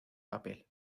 papel